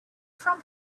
from